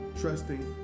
trusting